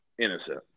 innocent